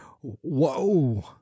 whoa